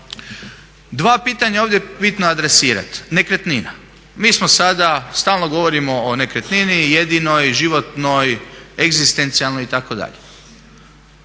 Dva pitanja ovdje je bitno adresirat. Nekretnina. Mi smo sada, stalno govorimo o nekretnini, jedinoj, životnoj, egzistencijalnoj itd.